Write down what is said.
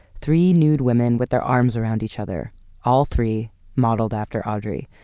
three nude women with their arms around each other all three modeled after audrey.